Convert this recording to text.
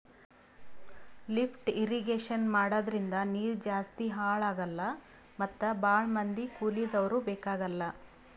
lift irrigation ಮಾಡದ್ರಿಂದ ನೀರ್ ಜಾಸ್ತಿ ಹಾಳ್ ಆಗಲ್ಲಾ ಮತ್ ಭಾಳ್ ಮಂದಿ ಕೂಲಿದವ್ರು ಬೇಕಾಗಲ್